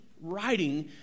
writing